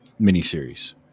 miniseries